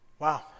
wow